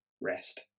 Rest